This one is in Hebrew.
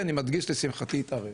לשמחתי, אני מדגיש את שמחתי התערב.